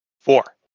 Four